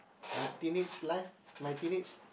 my teenage life my teenage